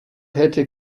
hätte